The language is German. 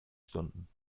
stunden